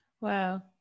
Wow